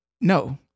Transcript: no